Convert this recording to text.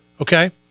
Okay